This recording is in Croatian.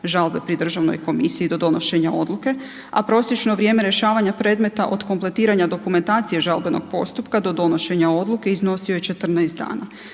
žalbe pri državnoj komisiji do donošenja odluke, a prosječno vrijeme rješavanja predmeta od kompletiranja dokumentacije žalbenog postupka do donošenja odluke iznosi je 14 dana.